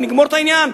ונגמור את העניין.